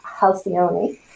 Halcyone